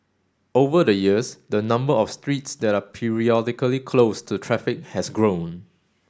over the years the number of streets that are periodically closed to traffic has grown